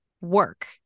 work